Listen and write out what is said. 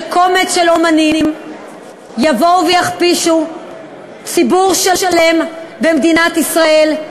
שקומץ של אמנים יבואו ויכפישו ציבור שלם במדינת ישראל,